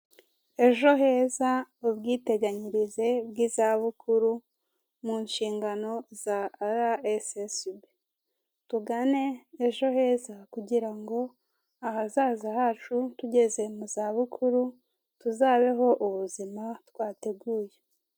Ejo heza ubwiteganyirize bw'izabukuru mu nshingano za arayesesibi, tugane ejo heza kugira ngo ahazaza hacu tugeze mu za bukuru tuzabeho ubuzima twateguye.